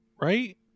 right